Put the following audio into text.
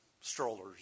strollers